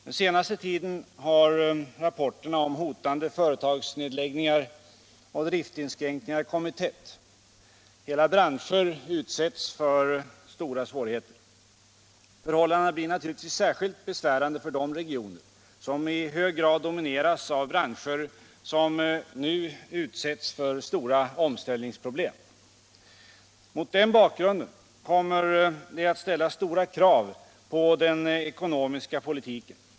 Den senaste tiden har rapporterna om hotande företagsnedläggningar och driftinskränkningar kommit tätt. Hela branscher utsätts för stora svårigheter. Förhållandena blir naturligtvis särskilt besvärande för de regioner som i hög grad domineras av branscher som nu utsätts för omställningsproblem. Mot den bakgrunden kommer det att ställas stora krav på den ekonomiska politiken.